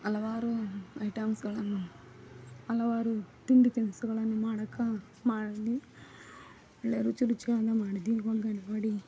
ಹಲವಾರು ಐಟಮ್ಸ್ಗಳನ್ನು ಹಲವಾರು ತಿಂಡಿ ತಿನಿಸುಗಳನ್ನು ಮಾಡೋಕೆ ಮಾಡಿ ಒಳ್ಳೆ ರುಚಿ ರುಚಿಯಾಗೆ ಮಾಡಿದ್ದೆ ಪೊಂಗಲ್ ವಡೆ